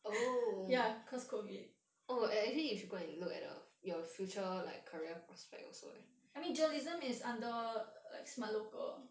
ya cause COVID I mean journalism is under like err the smart local